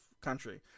country